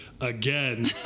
Again